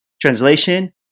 Translation